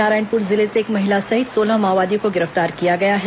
नारायणपुर जिले से एक महिला सहित सोलह माओवादियों को गिरफ्तार किया गया है